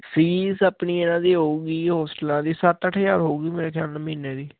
fees ਆਪਣੀ ਇਹਨਾਂ ਦੀ ਹੋਊਗੀ ਹੋਸਟਲਾਂ ਦੀ ਸੱਤ ਅੱਠ ਹਜ਼ਾਰ ਹੋਊਗੀ ਮੇਰੇ ਖਿਆਲ ਨਾਲ ਮਹੀਨੇ ਦੀ